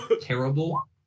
terrible